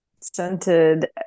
scented